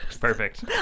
perfect